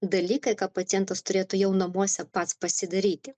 dalykai ką pacientas turėtų jau namuose pats pasidaryti